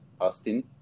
Austin